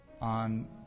on